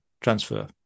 transfer